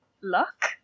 luck